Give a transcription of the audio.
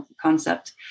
concept